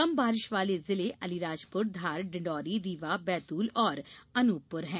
कम बारिश वाले जिले अलीराजपुर धार डिंडौरी रीवा बैतूल और अनूपपुर हैं